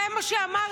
זה מה שאמרתי.